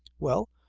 well,